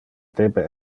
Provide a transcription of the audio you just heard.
debe